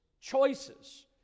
choices